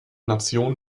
nationen